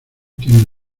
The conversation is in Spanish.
tienen